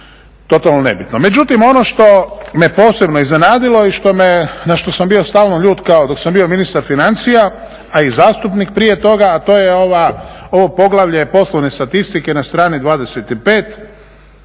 totalno nebitno. Međutim, ono što me posebno iznenadilo i na što sam bio stalno ljut kao dok sam bio ministar financija, a i zastupnik prije toga to je ovo poglavlje poslovne statistike na strani 25.